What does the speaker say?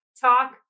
Talk